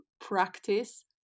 practice